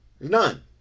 None